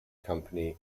company